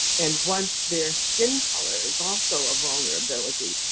and once their skin color is also a vulnerability,